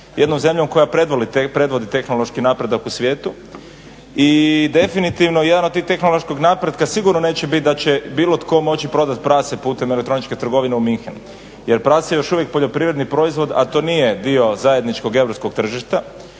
jednom zemljom koja predvodi tehnološki napredak u svijetu. I definitivno jedan od tih tehnoloških napretka sigurno neće biti da će bilo moći prodati prase putem elektroničke trgovine u München jer prase je još uvijek poljoprivredni proizvod a to nije dio zajedničkog europskog tržišta.